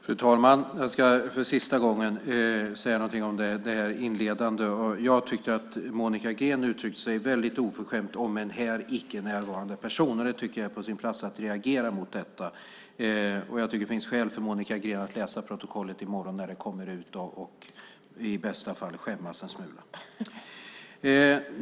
Fru talman! Jag ska för sista gången säga någonting om det inledande. Jag tycker att Monica Green uttrycker sig väldigt oförskämt om en här icke närvarande person. Det tycker jag är på sin plats att reagera mot, och jag tycker att det finns skäl för Monica Green att läsa protokollet i morgon när det kommer ut och i bästa fall skämmas en smula.